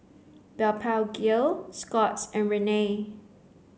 Blephagel Scott's and Rene